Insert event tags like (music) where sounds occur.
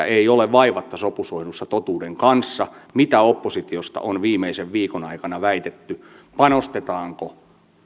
(unintelligible) ei ole vaivatta sopusoinnussa totuuden kanssa mitä oppositiosta on viimeisen viikon aikana väitetty siitä panostetaanko